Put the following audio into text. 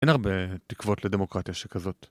אין הרבה תקוות לדמוקרטיה שכזאת.